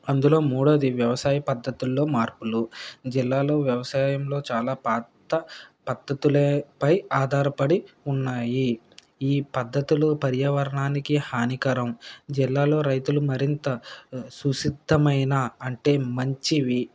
అందులో మూడోది వ్యవసాయ పద్ధతుల్లో మార్పులు జిల్లాలో వ్యవసాయంలో చాలా పాత పద్ధతులపై ఆధారపడి ఉన్నాయి ఈ పద్ధతులు పర్యావరణానికి హానికరం జిల్లాలో రైతులు మరింత సుశితమైన అంటే మంచివి